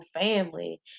family